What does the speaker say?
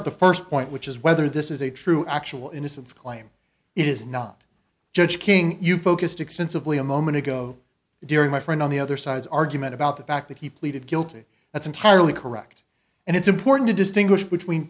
with the first point which is whether this is a true actual innocence claim it is not judge king you focused extensively a moment ago during my friend on the other side's argument about the fact that he pleaded guilty that's entirely correct and it's important to distinguish between